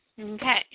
Okay